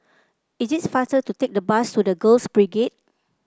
it is faster to take the bus to The Girls Brigade